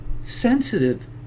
sensitive